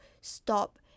stop